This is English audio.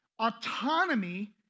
Autonomy